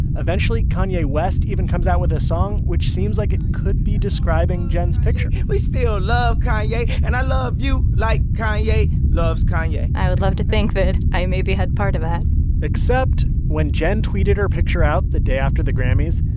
eventually, kanye west even comes out with a song which seems like it could be describing jen's picture we still love kanye, and i love you like kanye loves kanye i would love to think that i, maybe, had part of that except when jen tweeted her picture out the day after the grammys,